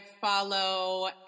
follow